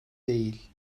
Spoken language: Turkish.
değil